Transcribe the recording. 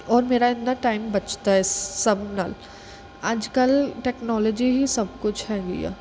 ਔਰ ਮੇਰਾ ਇੱਦਾਂ ਟਾਈਮ ਬਚਦਾ ਇਸ ਸਭ ਨਾਲ ਅੱਜ ਕੱਲ੍ਹ ਟੈਕਨੋਲੋਜੀ ਹੀ ਸਭ ਕੁਛ ਹੈਗੀ ਆ